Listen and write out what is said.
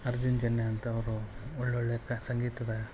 ಅರ್ಜುನ್ ಜನ್ಯ ಅಂಥವರು ಒಳ್ಳೊಳ್ಳೆಯ ಕ ಸಂಗೀತದ